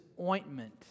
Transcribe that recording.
ointment